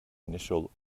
initial